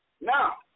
now